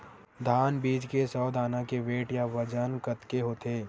धान बीज के सौ दाना के वेट या बजन कतके होथे?